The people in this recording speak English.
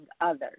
others